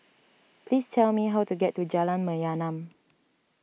please tell me how to get to Jalan Mayaanam